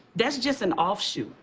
that's just an off shoot.